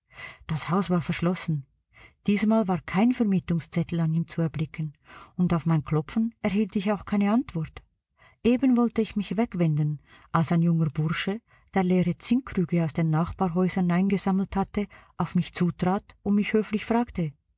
das haus war verschlossen diesmal war kein vermietungszettel an ihm zu erblicken und auf mein klopfen erhielt ich auch keine antwort eben wollte ich mich wegwenden als ein junger bursche der leere zinnkrüge aus den nachbarhäusern eingesammelt hatte auf mich zutrat und mich höflich fragte